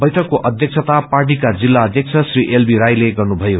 वैङ्कको अध्यक्षाता पार्टीका जिल्ला अध्यक्ष श्री एलबी राईले गर्नुभयो